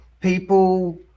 people